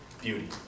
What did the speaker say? Beauty